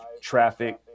traffic